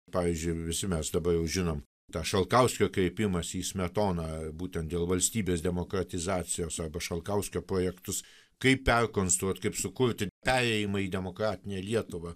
pavyzdžiui visi mes dabar jau žinom tą šalkauskio kreipimąsi į smetoną būtent dėl valstybės demokratizacijos arba šalkauskio projektus kaip perkonstruot kaip sukurti perėjimą į demokratinę lietuvą